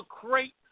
great